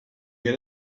get